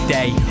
day